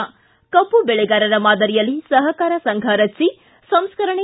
ಿ ಕಬ್ಬು ಬೆಳೆಗಾರರ ಮಾದರಿಯಲ್ಲಿ ಸಹಕಾರಿ ಸಂಘ ರಚಿಸಿ ಸಂಸ್ಕರಣೆ